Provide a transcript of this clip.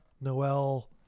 Noel